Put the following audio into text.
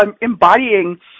embodying